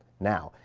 now,